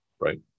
right